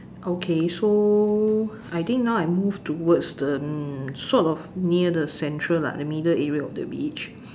okay so I think now I move towards to the n~ sort of near central lah the middle area of the beach